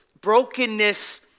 brokenness